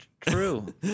True